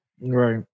right